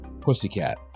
Pussycat